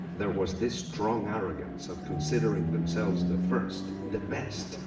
there was this strong arrogance of considering themselves the first, the best.